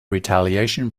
retaliation